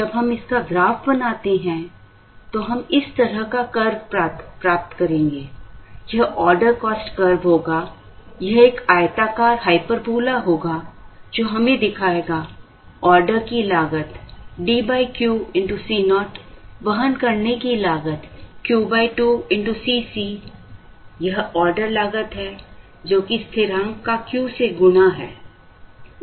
जब हम इसका ग्राफ बनाते हैं तो हम इस तरह का कर्व प्राप्त करेंगे यह ऑर्डर कॉस्ट कर्व होगा यह एक आयताकार हाइपरबोला होगा जो हमें दिखाएगा ऑर्डर की लागतDQCo वहन करने की लागत Q2Cc यह ऑर्डर लागत है जो कि स्थिरांक का Q से गुणा है